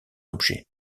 objets